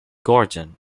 gordon